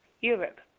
Europe